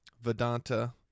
Vedanta